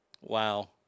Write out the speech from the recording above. wow